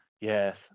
yes